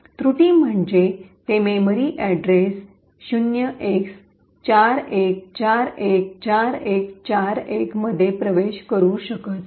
त्रुटी म्हणजे ते मेमरी अड्रेस 0x41414141 मध्ये प्रवेश करू शकत नाही